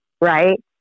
right